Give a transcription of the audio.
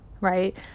right